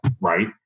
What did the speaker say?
right